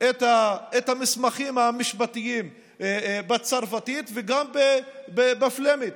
את המסמכים המשפטיים בצרפתית וגם בפלמית.